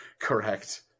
correct